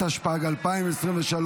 התשפ"ג 2023,